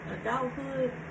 adulthood